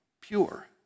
pure